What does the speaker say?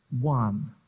One